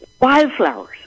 Wildflowers